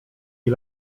się